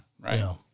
right